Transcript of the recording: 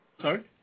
Sorry